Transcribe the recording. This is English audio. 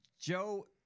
Joe